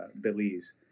Belize